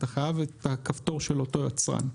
אתה חייב את הכפתור של אותו יצרן.